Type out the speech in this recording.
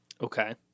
Okay